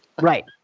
Right